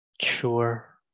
Sure